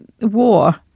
War